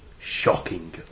shocking